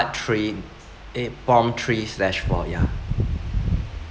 three eh prompt three slash four ya